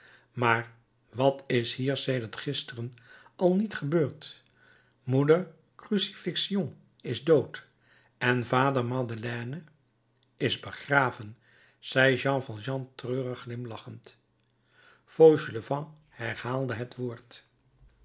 maar wat is hier sedert gisteren al niet gebeurd moeder crucifixion is dood en vader madeleine is begraven zei jean valjean treurig glimlachend fauchelevent herhaalde het woord